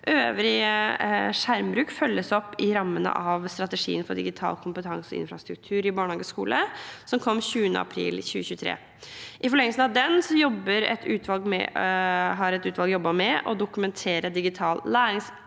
Øvrig skjermbruk følges opp i rammene av Strategi for digital kompetanse og infrastruktur i barnehage og skole, som kom 20. april 2023. I forlengelsen av den har et utvalg jobbet med å dokumentere digital læringsanalyse,